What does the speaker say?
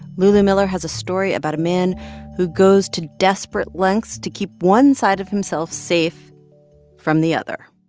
lulu miller has a story about a man who goes to desperate lengths to keep one side of himself safe from the other